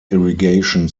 irrigation